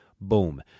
boom